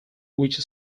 which